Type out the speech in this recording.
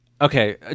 okay